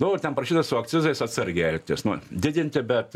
nu ir ten parašyta su akcizais atsargiai elgtis nu didinti bet